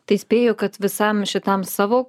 tai spėju kad visam šitam savo